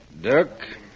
Dirk